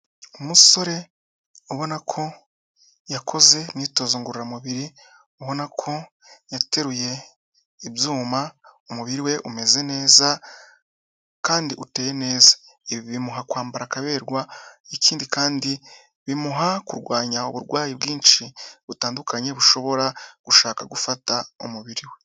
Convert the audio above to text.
Umusore ubona ko yakoze imyitozo ngororamubiri, ubona ko yateruye ibyuma, umubiri we umeze neza kandi uteye neza, ibi bimuha kwambara akaberwa, ikindi kandi bimuha kurwanya uburwayi bwinshi butandukanye bushobora gushaka gufata umubiri we.